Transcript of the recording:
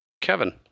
Kevin